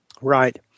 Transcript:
Right